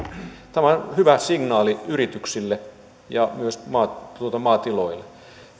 tämä on hyvä signaali yrityksille ja myös maatiloille